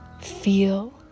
Feel